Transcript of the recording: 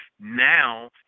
now